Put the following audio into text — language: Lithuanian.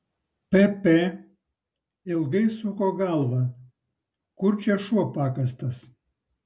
pp ilgai suko galvą kur čia šuo pakastas